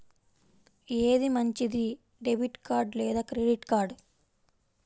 ఏది మంచిది, debit card లేదా క్రెడిట్ కార్డ్?